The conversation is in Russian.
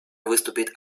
выступит